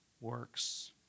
works